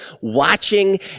watching